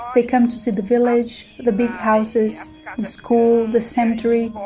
they come to see the village, the big houses, the school, the cemetery,